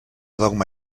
dogma